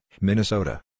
Minnesota